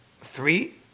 three